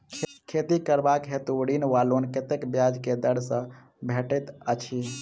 खेती करबाक हेतु ऋण वा लोन कतेक ब्याज केँ दर सँ भेटैत अछि?